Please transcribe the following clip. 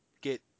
get